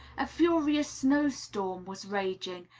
a furious snow-storm was raging,